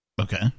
Okay